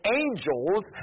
angels